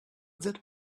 that